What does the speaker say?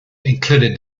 included